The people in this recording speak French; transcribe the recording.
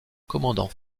commandant